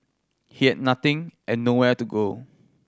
he had nothing and nowhere to go